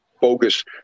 focus